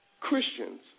Christians